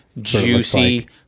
juicy